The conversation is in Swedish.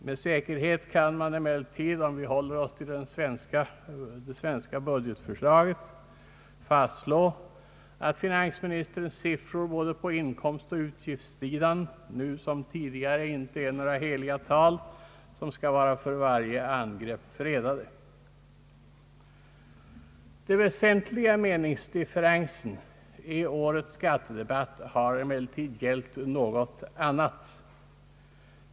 Med säkerhet kan vi emellertid, om vi håller oss till det svenska budgetförslaget, fastslå att finansministerns siffror på både inkomstoch utgiftssidan nu som tidigare inte är några heliga tal som skall vara för varje angrepp fredade. Den väsentliga meningsdifferensen i årets skattedebatt har dock gällt något annat.